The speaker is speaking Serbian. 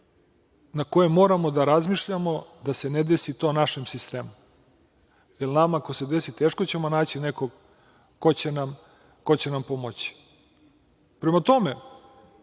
o kojima moramo da razmišljamo, da se ne desi to našem sistemu, jer nama ako se desi, teško ćemo naći nekog ko će nam pomoći. Prema tome,